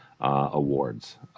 Awards